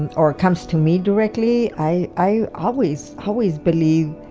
and or comes to me directly, i i always, always believe.